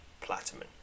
Platinum